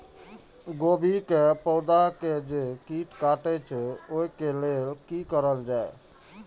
गोभी के पौधा के जे कीट कटे छे वे के लेल की करल जाय?